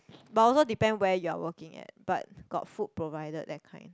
but also depends where you are working at but got food provided that kind